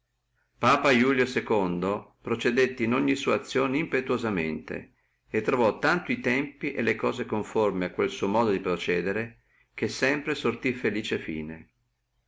apa ulio procedé in ogni sua cosa impetuosamente e trovò tanto e tempi e le cose conforme a quello suo modo di procedere che sempre sortí felice fine